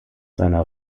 seiner